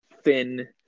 thin